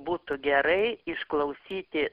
būtų gerai išklausyti